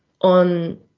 on